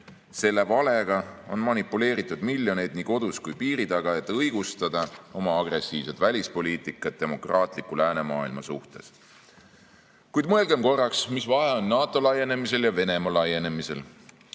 Selle valega on manipuleeritud miljoneid nii kodus kui ka piiri taga, et õigustada oma agressiivset välispoliitikat demokraatliku läänemaailma suhtes. Kuid mõelgem korraks, mis vahe on NATO laienemisel ja Venemaa laienemisel.